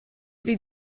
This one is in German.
wie